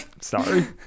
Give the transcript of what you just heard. sorry